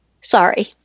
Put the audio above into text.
sorry